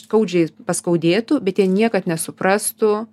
skaudžiai paskaudėtų bet jie niekad nesuprastų